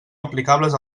aplicables